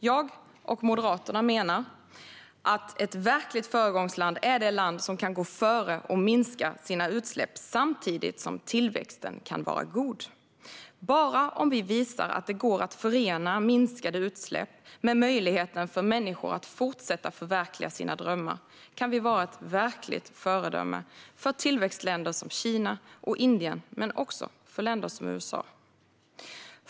Jag och Moderaterna menar att ett verkligt föregångsland är det land som kan gå före och minska sina utsläpp samtidigt som tillväxten kan vara god. Bara om vi visar att det går att förena minskade utsläpp med möjligheten för människor att fortsätta förverkliga sina drömmar kan vi vara ett verkligt föredöme inte bara för tillväxtländer som Kina och Indien, utan även för länder som USA.